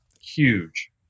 huge